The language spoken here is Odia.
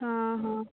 ହଁ ହଁ